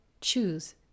choose